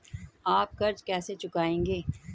आप कर्ज कैसे चुकाएंगे?